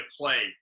play